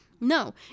No